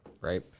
Right